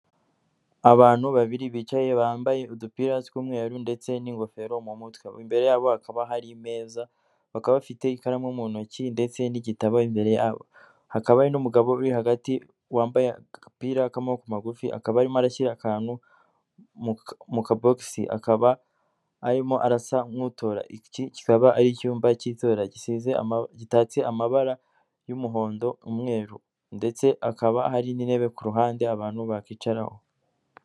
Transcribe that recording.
Abantu babiri bicaye bambaye udupira tw'umweru ndetse n'ingofero mu mutwe, imbere yabo hakaba hari imeza, bakaba bafite ikaramu mu ntoki ndetse n'igitaba imbere yabo, hakaba hari n'umugabo uri hagati wambaye agapira k'amaboko magufi, akaba arimo arashyira akantu mu kabogisi, akaba arimo arasa nk'utora, iki kikaba ari icyumba cy'itora gisize gitatse amabara y'umuhondo umweru ndetse akaba ari n'intebe ku ruhande abantu bakicaraho.